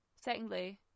Secondly